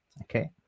okay